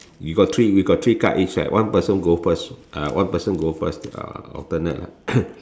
you got three we got three card each right one person go first uh one person go first uh alternate lah